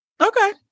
Okay